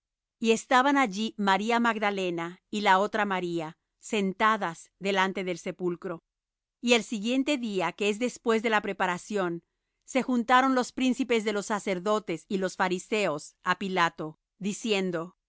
y estaban allí maría magdalena y la otra maría sentadas delante del sepulcro y el siguiente día que es después de la preparación se juntaron los príncipes de los sacerdotes y los fariseos á pilato diciendo